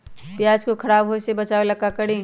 प्याज को खराब होय से बचाव ला का करी?